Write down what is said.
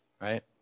Right